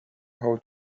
how